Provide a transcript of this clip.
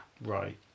Right